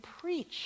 preach